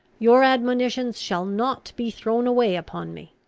your admonitions shall not be thrown away upon me.